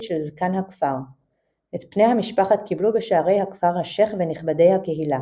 של זקן הכפר את פני המשלחת קיבלו בשערי הכפר השייח ונכבדי הקהילה.